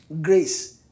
Grace